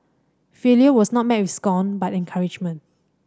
failure was not met with scorn but encouragement